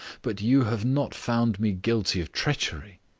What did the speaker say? but you have not found me guilty of treachery.